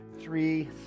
three